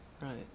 Right